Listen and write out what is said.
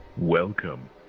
Welcome